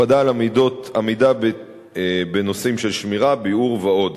הקפדה על עמידה בנושאים של שמירה, ביעור ועוד.